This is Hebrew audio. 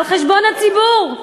על חשבון הציבור.